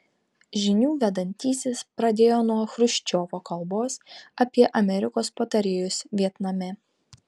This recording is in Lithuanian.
žinių vedantysis pradėjo nuo chruščiovo kalbos apie amerikos patarėjus vietname